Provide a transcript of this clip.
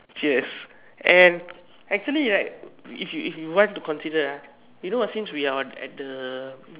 cheers and actually right if you if you want to consider ah you know what since we are on at the